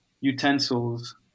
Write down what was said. utensils